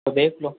तो देख लो